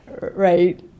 right